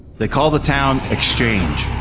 they call the town, exchange.